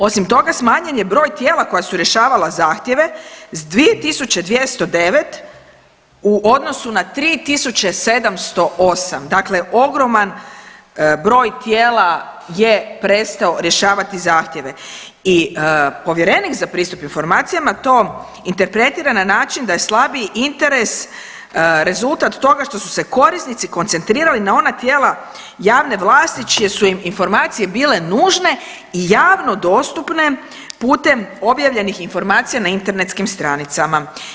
Osim toga, smanjen je broj tijela koja su rješavale zahtjeve s 2 209 u odnosu na 3 708, dakle ogroman broj tijela je prestao rješavati zahtjeve i povjerenik za pristup informacijama to interpretira da je slabiji interes rezultat toga što su se korisnici koncentrirali na ona tijela javne vlasti čuje su im informacije bile nužne i javno dostupne putem objavljenih informacija na internetskim stranicama.